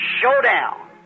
showdown